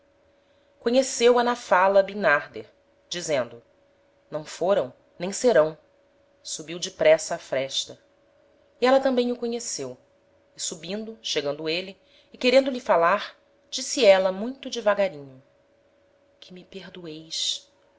conheceu a na fala bimnarder dizendo não foram nem serão subiu depressa á fresta e éla tambem o conheceu e subindo chegando êle e querendo lhe falar disse éla muito devagarinho que me perdoeis